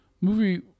movie